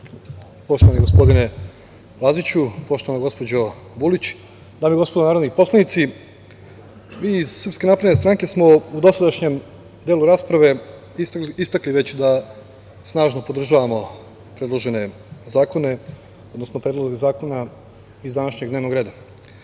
poštovani gospodine Laziću, poštovana gospođo Vulić, dame i gospodo narodni poslanici, mi iz Srpske napredne stranke smo u dosadašnjem delu rasprave smo istakli već da snažno podržavamo predložene zakone, odnosno predloge zakona iz današnjeg dnevnog reda